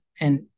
And-